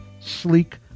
sleek